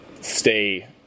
stay